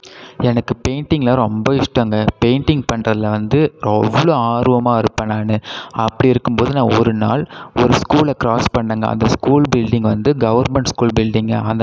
எனக்கு பெயிண்ட்டிங்கில ரொம்ப இஷ்ட்டங்க பெயிண்ட்டிங் பண்ணுறதுல வந்து ரொ அவ்வளோக ஆர்வமாக இருப்பேன் நான் அப்படி இருக்கும்போது நான் ஒருநாள் ஒரு ஸ்கூலை க்ராஸ் பண்ணங்க அந்த ஸ்கூல் பில்டிங் வந்து கவர்மெண்ட் ஸ்கூல் பில்டிங்கை அந்த